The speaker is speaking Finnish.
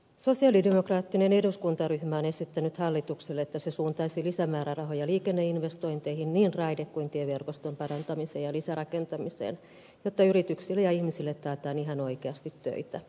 sosialidemokraattinen eduskuntaryhmä on esittänyt hallitukselle että se suuntaisi lisämäärärahoja liikenneinvestointeihin niin raide kuin tieverkoston parantamiseen ja lisärakentamiseen jotta yrityksille ja ihmisille taataan ihan oikeasti töitä